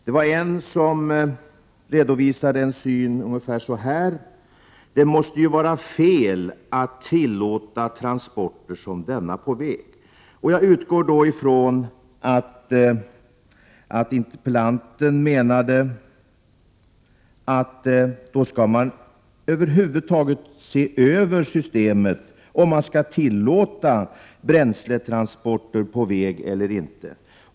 Det var någon som redovisade ungefär denna syn: ”Det måste vara fel att tillåta transporter som denna på väg.” Jag förmodar att interpellanten då menar att man skall se över hela systemet, om man över huvud taget skall tillåta bränsletransporter på väg eller inte.